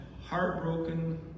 heartbroken